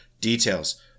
Details